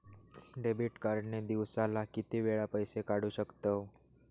Debit card ने दिवसाला किती वेळा पैसे काढू शकतव?